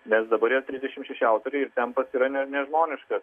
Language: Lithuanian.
nes dabar yra trisdešimt šeši autoriai ir tempas yra nežmoniškas